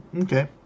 okay